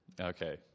Okay